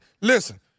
Listen